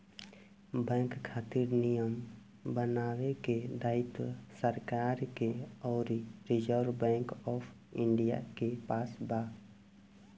bank खातिर नियम बनावे के दायित्व सरकार के अउरी रिजर्व बैंक ऑफ इंडिया के पास बा